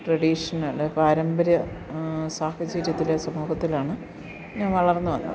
traditional പാരമ്പര്യ സാഹചര്യത്തിലെ സമൂഹത്തിലാണ് ഞാൻ വളർന്ന് വന്നത്